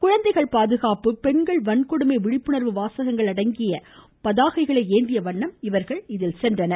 குழந்தைகள் பாதுகாப்பு பெண்கள் வன்கொடுமை விழிப்புணர்வு வாசகங்கள் அடங்கிய பதாகைகளை ஏந்தியவண்ணம் இவர்கள் சென்றனர்